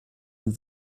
den